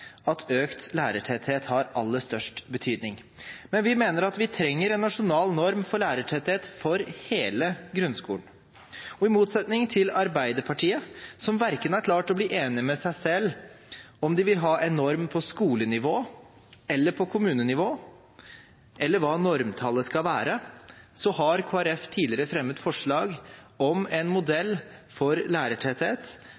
klassetrinnene økt lærertetthet har aller størst betydning. Men vi mener at vi trenger en nasjonal norm for lærertetthet for hele grunnskolen. I motsetning til Arbeiderpartiet, som verken har klart å bli enig med seg selv om de vil ha en norm på skolenivå eller på kommunenivå, eller hva normtallet skal være, har Kristelig Folkeparti tidligere fremmet forslag om en